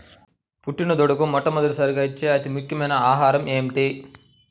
పుట్టిన దూడకు మొట్టమొదటిసారిగా ఇచ్చే అతి ముఖ్యమైన ఆహారము ఏంటి?